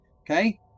Okay